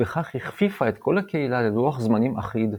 ובכך הכפיפה את כל הקהילה ללוח זמנים אחיד,